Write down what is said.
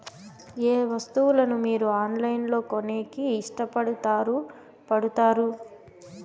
ఏయే వస్తువులను మీరు ఆన్లైన్ లో కొనేకి ఇష్టపడుతారు పడుతారు?